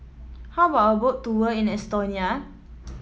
how about a Boat Tour in Estonia